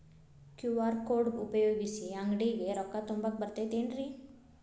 QR code ಉಪಯೋಗಿಸಿ, ಅಂಗಡಿಗೆ ರೊಕ್ಕಾ ತುಂಬಾಕ್ ಬರತೈತೇನ್ರೇ?